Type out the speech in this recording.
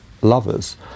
lovers